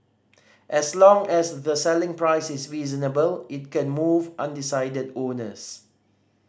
as long as the selling price is reasonable it can move undecided owners